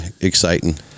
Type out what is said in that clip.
exciting